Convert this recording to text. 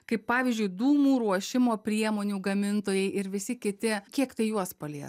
kaip pavyzdžiui dūmų ruošimo priemonių gamintojai ir visi kiti kiek tai juos palies